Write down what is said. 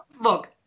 look